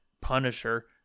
Punisher